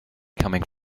coming